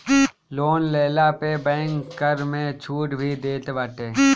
loan लेहला पे bank कर में छुट भी देत बाटे